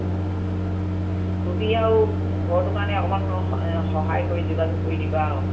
অঁ তুমি আৰু ঘৰটো কাৰণে অকঁমান সহায় কৰি যোগাযোগ কৰি দিবা আও